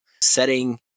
Setting